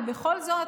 אבל בכל זאת,